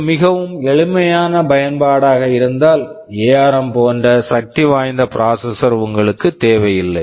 இது மிகவும் எளிமையான பயன்பாடாக இருந்தால் எஆர்ம் ARM போன்ற சக்திவாய்ந்த ப்ராசெசர் processor உங்களுக்குத் தேவையில்லை